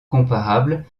comparable